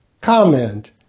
Comment